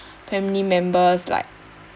family members like